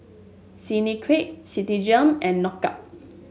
Clinique Citigem and Knockout